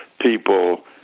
people